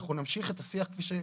ואנחנו נמשיך את השיח.